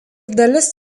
dalis